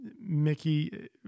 Mickey